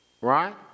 right